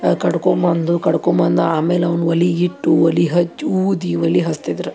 ಕಡೆದ್ಕೊಂಡ್ಬಂದು ಕಡೆದ್ಕೊಂಡ್ಬಂದು ಆಮೇಲೆ ಅವ್ನು ಒಲೆಗಿಟ್ಟು ಒಲೆ ಹಚ್ಚಿ ಊದಿ ಒಲೆ ಹಚ್ತಿದ್ರು